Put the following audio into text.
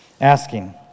asking